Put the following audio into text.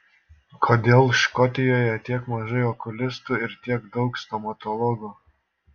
kodėl škotijoje tiek mažai okulistų ir tiek daug stomatologų